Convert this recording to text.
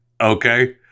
Okay